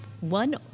One